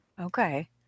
Okay